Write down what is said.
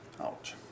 Ouch